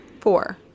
Four